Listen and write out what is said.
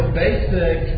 basic